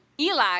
Eli